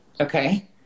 Okay